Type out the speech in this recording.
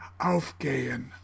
aufgehen